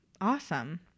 Awesome